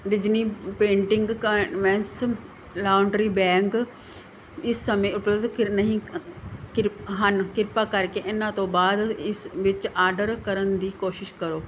Disney painting canvas laundry bag ਇਸ ਸਮੇਂ ਉਪਲੱਬਧ ਕੀਰ ਨਹੀਂ ਹਨ ਕਿਰਪਾ ਕਰਕੇ ਇਹਨਾਂ ਤੋਂ ਬਾਅਦ ਇਸ ਵਿੱਚ ਆਰਡਰ ਕਰਨ ਦੀ ਕੋਸ਼ਿਸ਼ ਕਰੋ